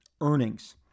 earnings